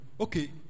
Okay